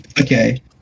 Okay